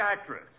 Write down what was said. actress